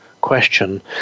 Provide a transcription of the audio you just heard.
question